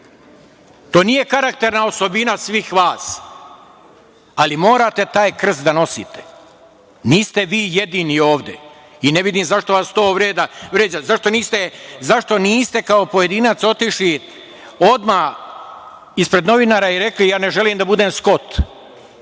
To nije karakterna osobina svih vas, ali morate taj krst da nosite. Niste vi jedini ovde i ne vidim zašto vas to vređa. Zašto niste kao pojedinac otišli odmah ispred novinara i rekli – ja ne želim da budem Skot,